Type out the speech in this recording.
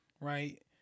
right